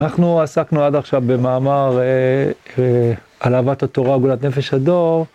אנחנו עסקנו עד עכשיו במאמר על אהבת התורה וגאולת נפש הדור.